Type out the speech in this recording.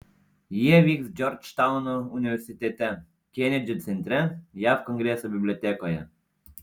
jie vyks džordžtauno universitete kenedžio centre jav kongreso bibliotekoje